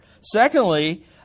Secondly